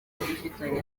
ifitanye